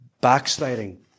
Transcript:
backsliding